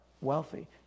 Wealthy